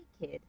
kid